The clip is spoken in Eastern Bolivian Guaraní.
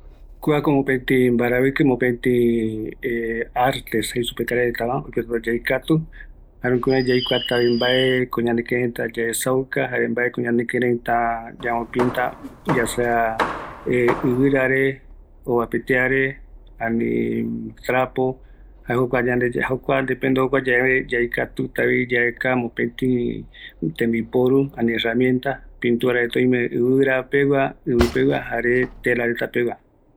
Kuako jae yaikatuta yandepoki yaparavɨkɨ, ya mbopinta vaera, mbaenunga yaesava, jare yaesauka vaera yayappogue omae reta jejevaera, oïme oyeapo vaera, tela, vidrio, ivira, mbae pirere